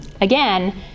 Again